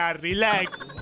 relax